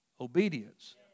obedience